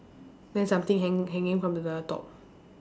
then something hang~ hanging from the the top